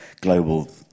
global